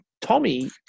Tommy